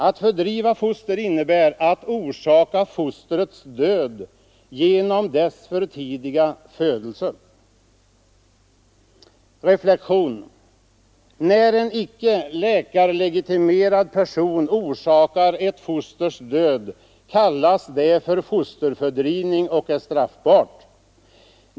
Att fördriva foster innebär att orsaka fostrets död genom dess för tidiga födelse.” Jag vill här göra en reflexion: När en icke läkarlegitimerad person orsakar ett fosters död kallas det fosterfördrivning och är straffbart.